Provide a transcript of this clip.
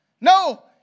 No